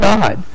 God